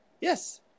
Yes